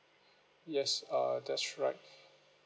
yes uh that's right